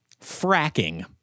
Fracking